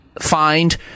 find